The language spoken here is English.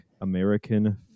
American